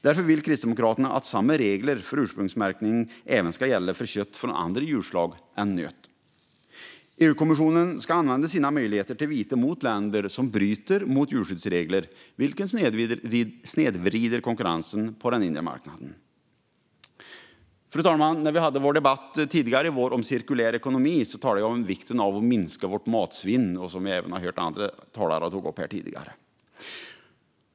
Därför vill Kristdemokraterna att samma regler för ursprungsmärkning även ska gälla för kött från andra djurslag än nöt. EU-kommissionen ska använda sina möjligheter till vite mot länder som bryter mot djurskyddsregler, vilket snedvrider konkurrensen på den inre marknaden. Fru talman! När vi hade vår debatt tidigare i våras om cirkulär ekonomi talade jag om vikten av att minska vårt matsvinn. Även andra talare har tagit upp frågan.